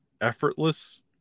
effortless